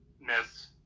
miss